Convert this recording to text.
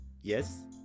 yes